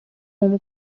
whom